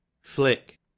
flick